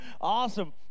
Awesome